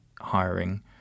hiring